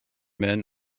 men